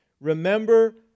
Remember